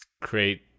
create